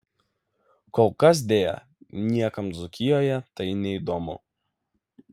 kol kas deja niekam dzūkijoje tai neįdomu